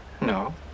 No